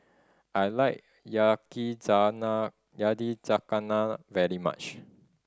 I like Yakizakana very much